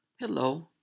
Hello